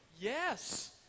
Yes